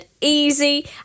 easy